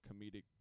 comedic